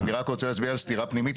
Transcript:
אבל אני רק רוצה להצביע על סתירה פנימית,